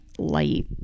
light